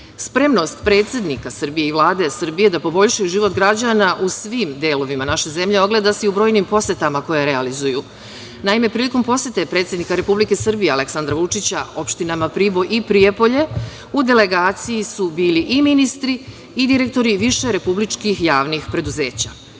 građana. Spremnost predsednika Srbije i Vlade Srbije da poboljšaju život građana u svim delovima naše zemlje ogleda se i u brojnim posetama koje realizuju. Naime, prilikom posete predsednika Republike Srbije Aleksandra Vučića opštinama Priboj i Prijepolje, u delegaciji su bili i ministri i direktori više republičkih javnih preduzeća.